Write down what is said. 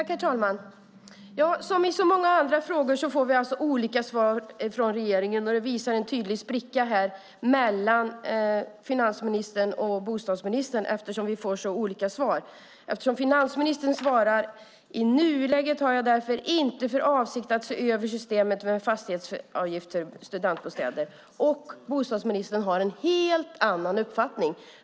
Herr talman! Som i så många andra frågor får vi alltså olika svar från regeringen. Det visar en tydlig spricka mellan finansministern och bostadsministern. Finansministern svarar att han i nuläget inte har för avsikt att se över systemet med fastighetsavgifter på studentbostäder, och bostadsministern har en helt annan uppfattning.